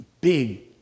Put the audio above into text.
big